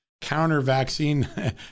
counter-vaccine